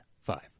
five